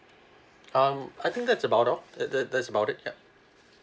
um I think that's about all that that that's about it yup